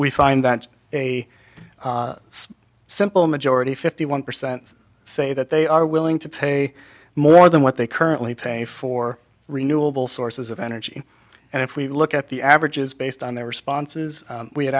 we find that a simple majority fifty one percent say that they are willing to pay more than what they currently pay for renewable sources of energy and if we look at the averages based on their responses we ha